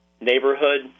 neighborhood